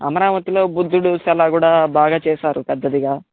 అమరావతిలో బుద్ధుడు శిల కూడా బాగా చేశారు పెద్దదిగా